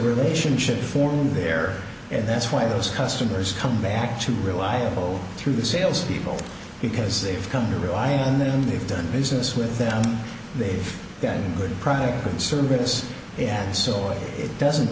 relationship formed there and that's why those customers come back to reliable through the sales people because they've come to rely on them they've done business with them they've got a good product and service and so it doesn't